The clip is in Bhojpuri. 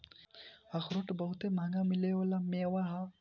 अखरोट बहुते मंहगा मिले वाला मेवा ह